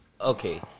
Okay